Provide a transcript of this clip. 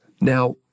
now